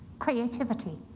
creativity.